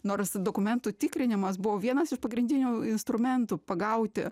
nors dokumentų tikrinimas buvo vienas iš pagrindinių instrumentų pagauti